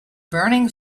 burning